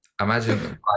imagine